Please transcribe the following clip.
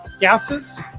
gases